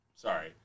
Sorry